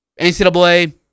NCAA